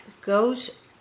goes